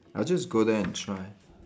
I'll just go there and try